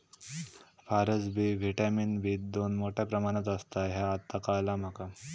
फारसबी vitamin B दोन मोठ्या प्रमाणात असता ह्या आता काळाला माका